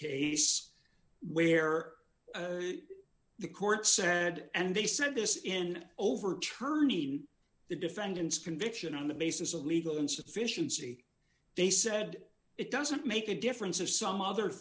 case where the court said and they said this in overturning the defendant's conviction on the basis of legal insufficiency they said it doesn't make a difference or some other